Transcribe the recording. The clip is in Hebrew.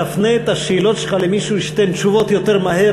תפנה את שאלות הטריוויה שלך למישהו שייתן תשובות יותר מהר,